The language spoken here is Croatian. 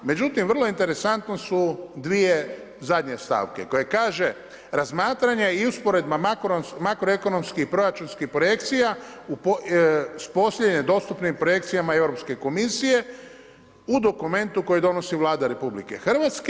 Međutim, vrlo interesantne su dvije zadnje stavke koje kaže razmatranje i usporedba makroekonomskih i proračunskih projekcija s … dostupnim projekcijama Europske komisije u dokumentu koji donosi Vlada RH.